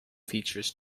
featured